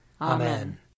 Amen